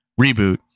reboot